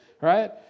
right